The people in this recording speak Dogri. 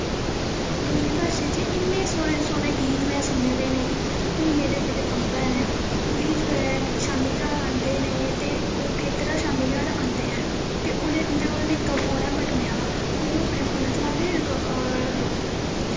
डोगरी भाशा च इन्ने सोह्ने सोह्ने गीत में सुने दे न हून मेरे जेह्ड़े बब्ब ऐ ओह्बी जिसलै शामीं घर आंदे न ते ओह् खेत्तरा दा शाममीं घर आंदे ऐं ते उं'दे कोल निक्का फोन ऐ बटनें आह्ला ओह् अपने फोनै च लांदे